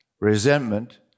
resentment